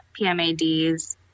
PMADs